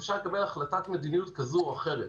אפשר לקבל החלטת מדיניות כזו או אחרת,